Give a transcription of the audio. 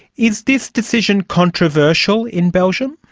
is this decision controversial in belgium?